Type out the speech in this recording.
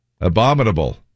Abominable